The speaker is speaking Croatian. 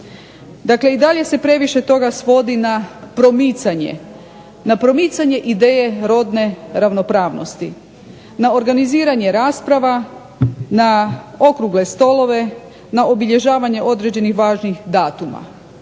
dakle i dalje se previše toga svodi na promicanje, na promicanje ideje rodne ravnopravnosti, na organiziranje rasprava, na okrugle stolove, na obilježavanje određenih važnih datuma